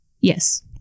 Yes